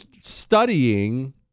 studying